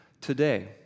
today